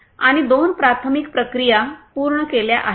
आणि दोन प्राथमिक प्रक्रिया पूर्ण केल्या आहेत